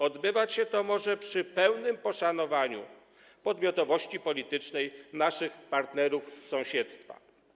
Odbywać się to może przy pełnym poszanowaniu podmiotowości politycznej naszych partnerów z sąsiedztwa.